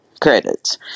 credits